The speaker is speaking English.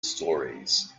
stories